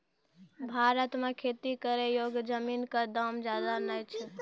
भारत मॅ खेती करै योग्य जमीन कॅ दाम ज्यादा नय छै